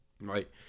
right